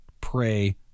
Pray